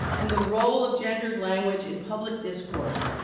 and the role of gendered language in public discourse.